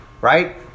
right